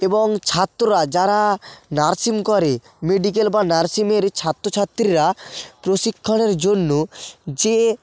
এবং ছাত্ররা যারা নার্সিং করে মেডিকেল বা নার্সিংয়ের ছাত্রছাত্রীরা প্রশিক্ষণের জন্য যে